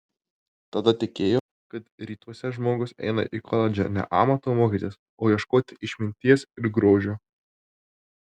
tada tikėjo kad rytuose žmogus eina į koledžą ne amato mokytis o ieškoti išminties ir grožio